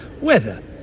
weather